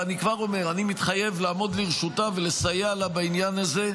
ואני כבר אומר: אני מתחייב לעמוד לרשותה ולסייע לה בעניין הזה.